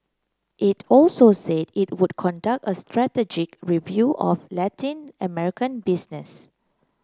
it also said it would conduct a strategic review of Latin American business